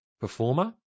performer